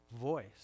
voice